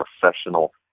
professional